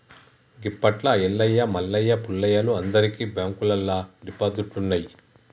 గిప్పట్ల ఎల్లయ్య మల్లయ్య పుల్లయ్యలు అందరికి బాంకుల్లల్ల డిపాజిట్లున్నయ్